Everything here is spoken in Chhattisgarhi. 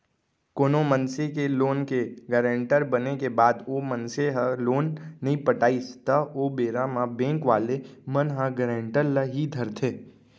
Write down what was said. कोनो मनसे के लोन के गारेंटर बने के बाद ओ मनसे ह लोन नइ पटाइस त ओ बेरा म बेंक वाले मन ह गारेंटर ल ही धरथे